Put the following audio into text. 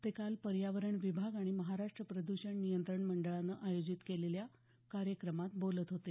ते काल पर्यावरण विभाग आणि महाराष्ट्र प्रद्षण नियंत्रण मंडळाने आयोजित केलेल्या कार्यक्रमात बोलत होते